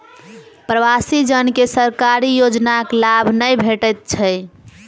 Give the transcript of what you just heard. प्रवासी जन के सरकारी योजनाक लाभ नै भेटैत छै